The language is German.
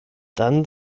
dann